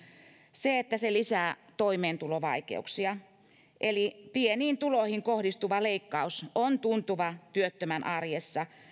se että se lisää toimeentulovaikeuksia pieniin tuloihin kohdistuva leikkaus on tuntuva työttömän arjessa